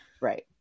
Right